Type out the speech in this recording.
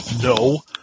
No